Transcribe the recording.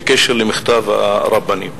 בקשר למכתב הרבנים.